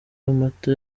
amata